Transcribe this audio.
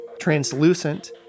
translucent